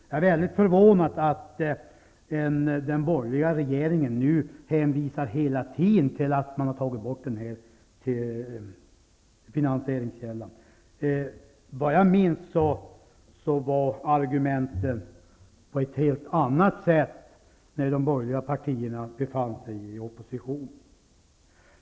Jag är väldigt förvånad över att den borgerliga regeringen nu hela tiden hänvisar till att man har tagit bort den finansieringskällan. Vad jag minns, fördes argumenteringen på ett helt annat sätt när de borgerliga partierna befann sig i opposition.